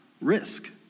risk